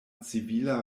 civila